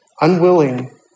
Unwilling